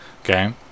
okay